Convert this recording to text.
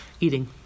eating